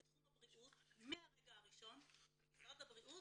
בתחום הבריאות מהרגע הראשון משרד הבריאות